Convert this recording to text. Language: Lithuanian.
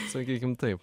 sakykim taip